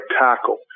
tackle